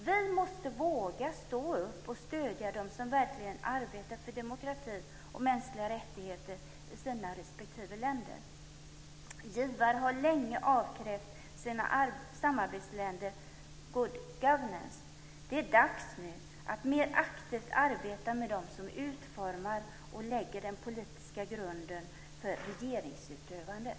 Vi måste våga stå upp och stödja dem som verkligen arbetar för demokrati och mänskliga rättigheter i sina respektive länder. Givare har länge avkrävt sina samarbetsländer good governance. Det är dags nu att mer aktivt arbeta med dem som utformar och lägger den politiska grunden för regeringsutövandet.